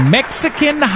Mexican